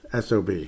SOB